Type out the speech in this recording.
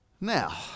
Now